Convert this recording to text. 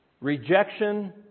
Rejection